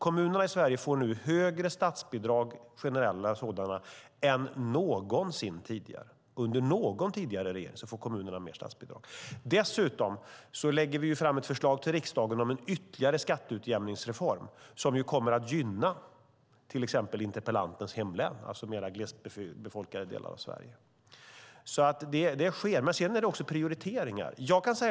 Kommunerna i Sverige får nu högre generella statsbidrag än någonsin tidigare under någon regering. Dessutom lägger vi fram ett förslag till riksdagen om en ytterligare skatteutjämningsreform, som kommer att gynna till exempel interpellantens hemlän, det vill säga mer glest befolkade delar av Sverige. Sedan handlar det också om prioriteringar.